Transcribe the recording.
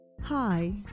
hi